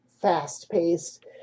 fast-paced